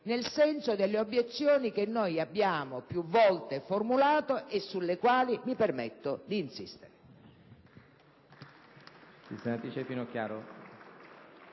direzione delle obiezioni che abbiamo più volte formulato e sulle quali mi permetto di insistere.